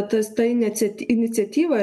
tas ta ineciat iniciatyva